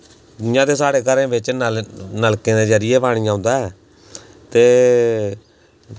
इ'यां ते साढ़े घरें बिच्च नलकें दे जरियै पानी औंदा ऐ ते